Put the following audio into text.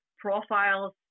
profiles